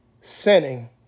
sinning